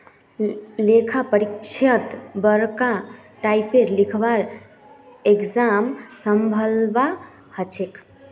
लेखा परीक्षकक बरका टाइपेर लिखवार एग्जाम संभलवा हछेक